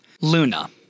luna